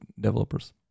developers